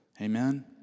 Amen